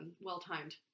well-timed